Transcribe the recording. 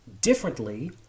differently